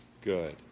Good